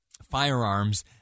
Firearms